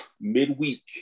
midweek